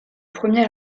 premier